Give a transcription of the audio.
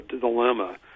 dilemma